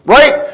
Right